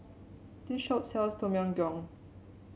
this shop sells Tom Yam Goong